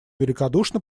великодушно